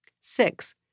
Six